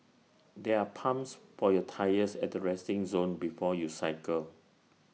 there're pumps for your tyres at the resting zone before you cycle